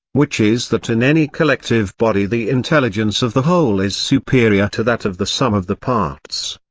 which is that in any collective body the intelligence of the whole is superior to that of the sum of the parts.